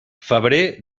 febrer